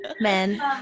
men